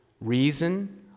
reason